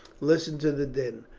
listen to the din.